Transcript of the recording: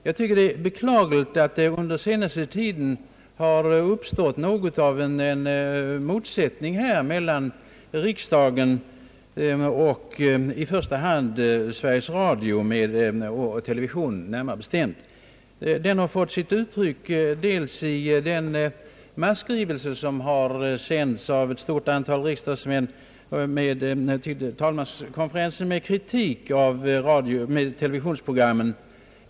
Jag vill beklaga att det under senaste tiden uppstått något av en motsättning mellan riksdagen och i första hand Sveriges Radio, främst gällande TV. Den motsättningen har bl.a. kommit till uttryck i den masskrivelse ett stort antal riksdagsmän sänt till talmanskonferensen med kritik av TV-programmen från riksdagen.